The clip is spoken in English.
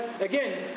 again